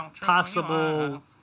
possible